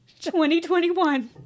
2021